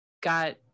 got